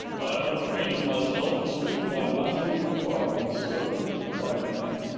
have trained myself to suit my master's requirements, sir, replied the man.